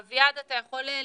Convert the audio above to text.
אביעד, אתה יכול להתייחס,